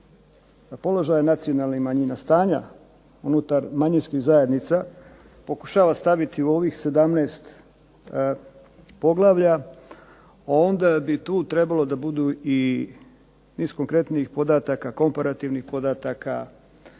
položaja nacionalnih manjina, stanja unutar manjinskih zajednica pokušava staviti u ovih 17 poglavlja, onda bi tu trebalo da budu i niz konkretnih podataka, komparativnih podataka